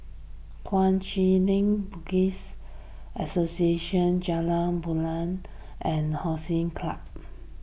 Kuang Chee Tng Buddhist Association Jalan Rimau and Hollandse Club